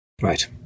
Right